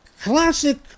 classic